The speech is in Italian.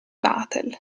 vatel